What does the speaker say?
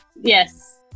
Yes